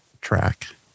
track